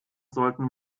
sollten